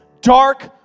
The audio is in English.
dark